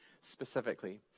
specifically